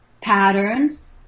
patterns